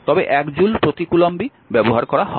তবে 1 জুল প্রতি কুলম্বই ব্যবহার করা হবে